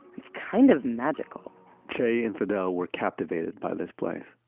it's kind of magical che and fidel were captivated by this place.